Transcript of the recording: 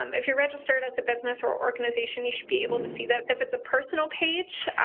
um if you registered at the business or organization, you should be able to see that. if it's a personal page,